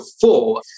four